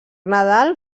nadal